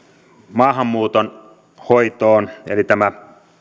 maahanmuuton hoitoon eli tämä